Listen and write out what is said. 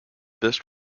best